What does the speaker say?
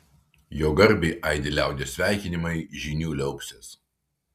jo garbei aidi liaudies sveikinimai žynių liaupsės